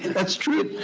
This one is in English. that's true.